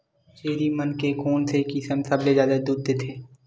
छेरी मन के कोन से किसम सबले जादा दूध देथे?